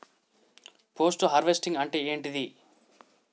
Post harvesting అంటే ఏంటిది?